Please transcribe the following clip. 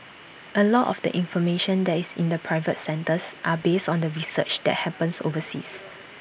A lot of the information that is in the private centres are based on the research that happens overseas